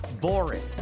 boring